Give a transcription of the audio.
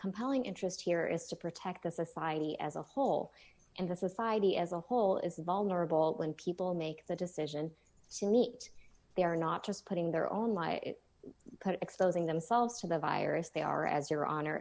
compelling interest here is to protect the society as a whole and the society as a whole is vulnerable when people make the decision to meet they are not just putting their own life but exposing themselves to the virus they are as your honor